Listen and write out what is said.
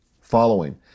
following